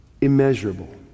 immeasurable